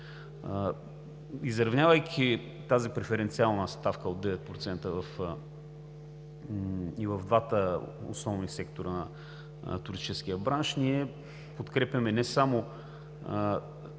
Изравнявайки тази преференциална ставка от 9% и в двата основни сектора на туристическия бранш, се опитваме да